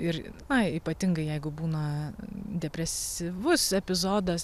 ir na ypatingai jeigu būna depresyvus epizodas